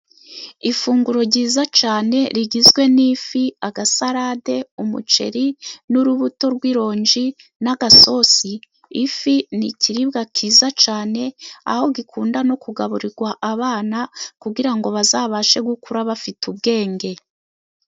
Ifunguro ryiza cyane rigizwe n'ifi, agasalade, umuceri, n'urubuto rw'ironji, n'agasosi. Ifi ni ikiribwa cyiza cyane aho gikunda no kugaburirwa abana, kugira ngo bazabashe gukura bafite ubwenge.